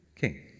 king